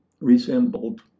resembled